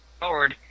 forward